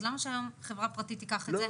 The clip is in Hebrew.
אז למה שהיום חברה פרטית תיקח את זה?